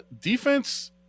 Defense